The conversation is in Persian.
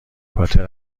پاتر